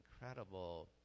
incredible